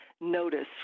notice